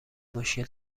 مشکل